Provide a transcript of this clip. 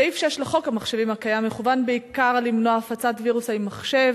סעיף 6 לחוק המחשבים הקיים מכוון בעיקר למנוע הפצת וירוסי מחשב.